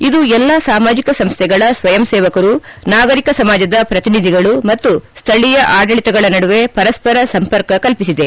ಇದು ಎಲ್ಲಾ ಸಾಮಾಜಿಕ ಸಂಸ್ಥೆಗಳ ಸ್ವಯಂ ಸೇವಕರು ನಾಗರಿಕ ಸಮಾಜದ ಪ್ರತಿನಿಧಿಗಳು ಮತ್ತು ಸ್ಠೀಯ ಆಡಳಿತಗಳ ನಡುವೆ ಪರಸ್ವರ ಸಂಪರ್ಕ ಕಲ್ಪಿಸಿದೆ